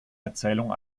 erzählung